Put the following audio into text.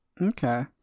Okay